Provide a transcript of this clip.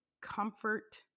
comfort